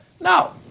No